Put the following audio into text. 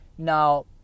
Now